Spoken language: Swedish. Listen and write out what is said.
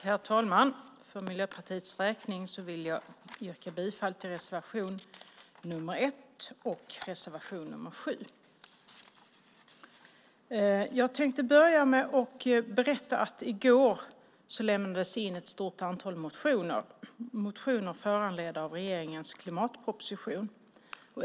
Herr talman! För Miljöpartiets räkning yrkar jag bifall till reservationerna 1 och 7. Jag tänkte börja med att berätta att det i går lämnades in ett stort antal motioner föranledda av regeringens klimatproposition.